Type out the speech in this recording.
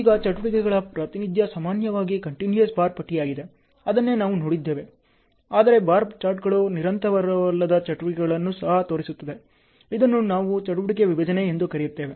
ಈಗ ಚಟುವಟಿಕೆಗಳ ಪ್ರಾತಿನಿಧ್ಯ ಸಾಮಾನ್ಯವಾಗಿ ಕಂಟಿನ್ಯೂಸ್ ಬಾರ್ ಪಟ್ಟಿಯಾಗಿದೆ ಅದನ್ನೇ ನಾವು ನೋಡಿದ್ದೇವೆ ಆದರೆ ಬಾರ್ ಚಾರ್ಟ್ಗಳು ನಿರಂತರವಲ್ಲದ ಚಟುವಟಿಕೆಗಳನ್ನು ಸಹ ತೋರಿಸುತ್ತದೆ ಇದನ್ನು ನಾವು ಚಟುವಟಿಕೆ ವಿಭಜನೆ ಎಂದು ಕರೆಯುತ್ತೇವೆ